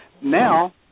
now